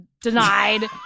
Denied